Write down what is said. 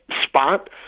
spot